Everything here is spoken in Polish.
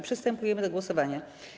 Przystępujemy do głosowania.